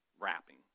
Wrapping